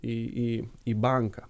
į į į banką